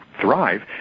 thrive